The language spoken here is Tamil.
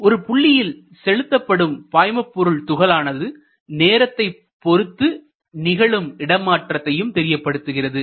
ஒரு புள்ளியில் செலுத்தப்படும் பாய்மபொருள் துகளானது நேரத்தைப் பொறுத்து நிகழும் இடமாற்றத்தையும் தெரியப்படுத்துகிறது